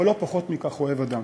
אבל לא פחות מכך, אוהב אדם.